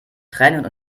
tränen